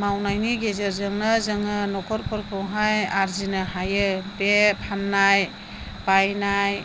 मावनायनि गेजेरजोंनो जोङो न'खरफोरखौहाय आरजिनो हायो बे फाननाय बायनाय